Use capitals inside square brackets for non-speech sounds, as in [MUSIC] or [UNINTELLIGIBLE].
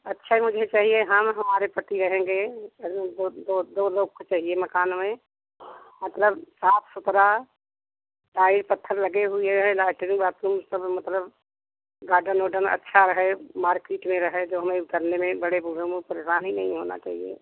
अच्छा मुझे चाहिए हम हमारे पति रहेंगे [UNINTELLIGIBLE] दो दो दो लोग को चाहिए मकान हमें मतलब साफ़ सुथरा टाइल पत्थर लगे हुए लैटिन बाथरूम सब मतलब गार्डन वार्डन अच्छा है मार्केट में रहे जो हमें उतरने में बड़े बुज़ुर्गों को परेशानी नहीं होनी चाहिए